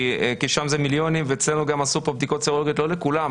כי שם זה מיליונים ואצלנו גם עשו פה בדיקות סרולוגיות לא לכולם,